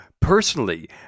personally